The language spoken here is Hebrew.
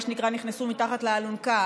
מה שנקרא נכנסו מתחת לאלונקה,